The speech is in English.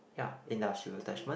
ya industrial attachment